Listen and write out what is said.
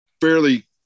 fairly